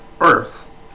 Earth